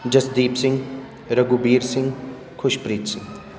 Jasdeep Singh Raghubir Singh Khushpreet Singh